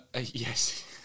Yes